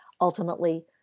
ultimately